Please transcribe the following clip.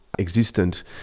existent